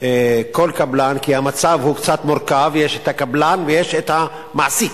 כל קבלן, כי המצב קצת מורכב, יש הקבלן ויש המעסיק,